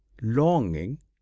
longing